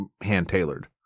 hand-tailored